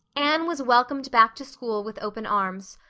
anne was welcomed back to school with open arms.